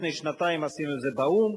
לפני שנתיים עשינו את זה באו"ם,